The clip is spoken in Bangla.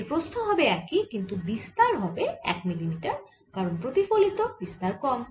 এর প্রস্থ হবে একই কিন্তু বিস্তার হবে 1 মিলিমিটার কারণ প্রতিফলিত বিস্তার কম